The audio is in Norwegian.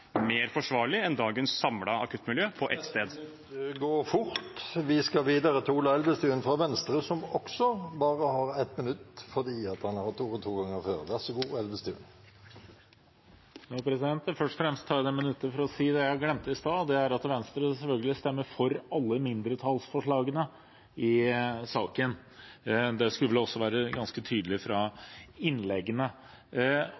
mer forsvarlig enn dagens samlede akuttmiljø på Ullevål? Representanten Ola Elvestuen har hatt ordet to ganger og får ordet til en kort merknad, begrenset til 1 minutt. Jeg tar ordet først og fremst for å si det jeg glemte å si i stad, og det er at Venstre selvfølgelig stemmer for alle mindretallsforslagene i saken. Det skal vel også ha kommet ganske tydelig